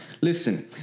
Listen